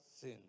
sin